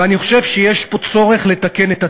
ואני חושב שיש פה צורך לתקן את הטעות.